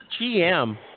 GM